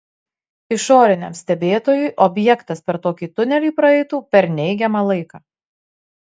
išoriniam stebėtojui objektas per tokį tunelį praeitų per neigiamą laiką